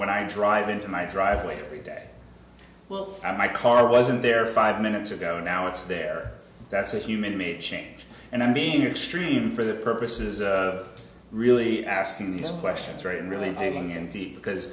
when i drive into my driveway every day well my car wasn't there five minutes ago now it's there that's a human made change and i'm being extreme for the purposes really asking these questions right and really taking empty because